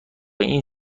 این